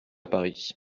paris